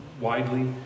widely